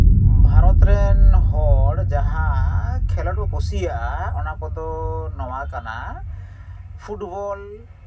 ᱵᱷᱟᱨᱚᱛ ᱨᱮᱱ ᱦᱚᱲ ᱡᱟᱦᱟᱸ ᱠᱷᱮᱞᱚᱰ ᱠᱚ ᱠᱩᱥᱤᱭᱟᱜᱼᱟ ᱚᱱᱟ ᱠᱚᱫᱚ ᱱᱚᱣᱟ ᱠᱟᱱᱟ ᱯᱷᱩᱴᱵᱚᱞ